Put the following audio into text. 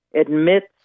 admits